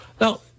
Now